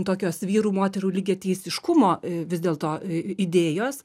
tokios vyrų moterų lygiateisiškumo vis dėlto idėjos